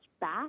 back